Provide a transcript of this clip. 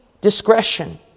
discretion